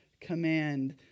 command